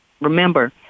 Remember